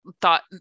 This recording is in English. thought